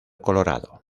colorado